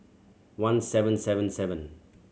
one seven seven seven